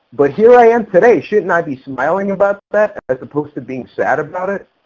but here i am today. shouldn't i be smiling about that as opposed to being sad about it?